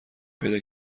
پیدا